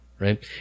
Right